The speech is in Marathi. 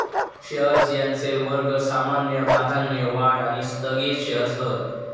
शेअर्स यांचे वर्ग सामान्य, प्राधान्य, वाढ आणि स्थगित शेअर्स हत